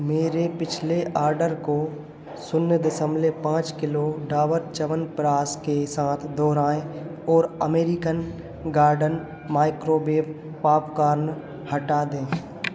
मेरे पिछले आर्डर को शून्य दसमलव पाँच किलो डाबर चवनप्राश के साथ दोहराएं और अमेरिकन गार्डन माइक्रोवेव पॉपकॉर्न हटा दें